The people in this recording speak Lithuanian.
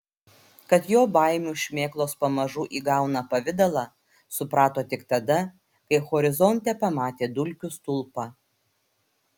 kad jo baimių šmėklos pamažu įgauna pavidalą suprato tik tada kai horizonte pamatė dulkių stulpą